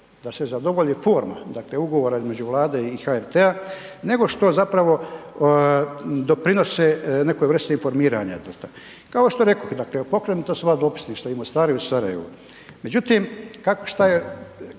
da se zadovolji forma, dakle ugovora između Vlade i HRT-a nego što zapravo doprinose nekoj vrsti informiranja. Kao što rekoh, dakle pokrenuta su ova dopisništva i u Mostaru i u Sarajevu, međutim šta je,